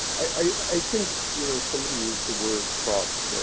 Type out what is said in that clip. i think you know somebody used the word trust,